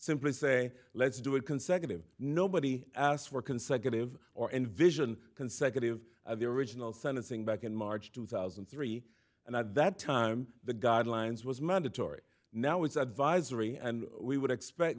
simply say let's do it consecutive nobody asked for consecutive or envision consecutive of the original sentencing back in march two thousand and three and at that time the guidelines was mandatory now is advisory and we would expect